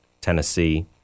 Tennessee